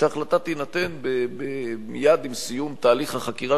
שההחלטה תינתן מייד עם סיום תהליך החקירה,